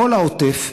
כל העוטף,